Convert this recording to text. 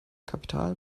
kapital